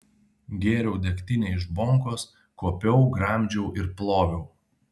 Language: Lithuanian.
gėriau degtinę iš bonkos kuopiau gramdžiau ir ploviau